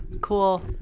Cool